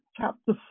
chapter